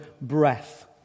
breath